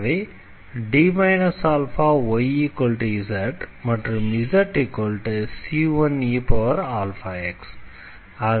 எனவே D αyz மற்றும் zc1eαx